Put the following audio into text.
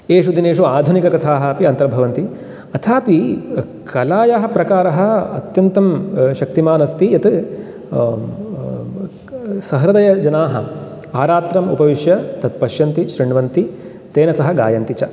एषु दिनेषु आधुनिककथाः अपि अन्तर्भवन्ति अथापि कलायाः प्रकारः अत्यन्तं शक्तिमान् अस्ति यत् सहृदयजनाः आरात्रम् उपविश्य तत् पश्यन्ति शृण्वान्ति तेन सह गायन्ति च